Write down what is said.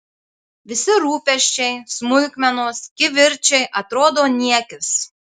visi rūpesčiai smulkmenos kivirčai atrodo niekis